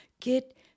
Get